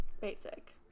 Basic